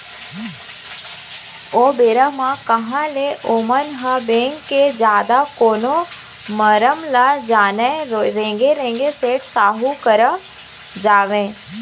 ओ बेरा म कहाँ ले ओमन ह बेंक के जादा कोनो मरम ल जानय रेंगे रेंगे सेठ साहूकार करा जावय